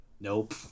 nope